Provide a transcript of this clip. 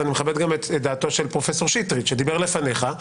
ואני גם מכבד את דעתו של פרופ' שטרית שדיבר לפניך.